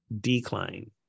decline